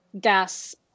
gas